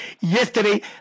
yesterday